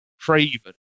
craven